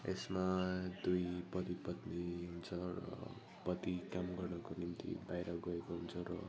एसमा दुई पति पत्नी हुन्छ र पति काम गर्नुको निम्ति बाहिर गएको हुन्छ र